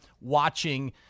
watching